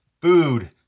food